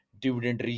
dividend